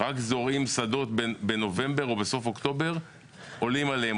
זורעים שדות בנובמבר או בסוף אוקטובר והם עולים עליהם,